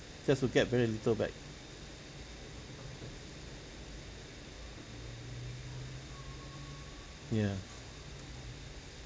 just will get very little back ya